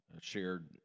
shared